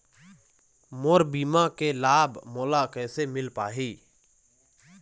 मोर बीमा के लाभ मोला कैसे मिल पाही?